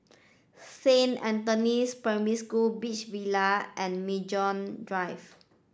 Saint Anthony's Primary School Beach Villa and Maju Drive